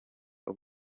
ubu